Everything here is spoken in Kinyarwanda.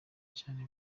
cyane